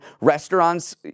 restaurants